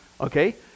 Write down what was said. Okay